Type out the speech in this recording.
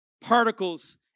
particles